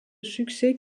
succès